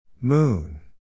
Moon